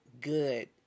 good